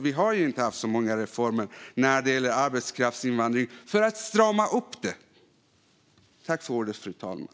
Vi har inte haft så många reformer när det gäller arbetskraftsinvandring för att strama åt den.